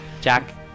Jack